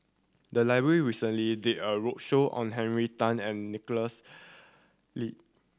the library recently did a roadshow on Henry Tan and Nicholas Ee